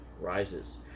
rises